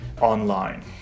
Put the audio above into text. online